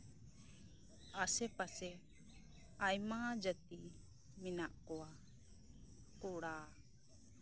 ᱟᱥᱮᱯᱟᱥᱮ ᱟᱭᱢᱟ ᱡᱟᱛᱤ ᱢᱮᱱᱟᱜ ᱠᱚᱣᱟ ᱠᱚᱲᱟ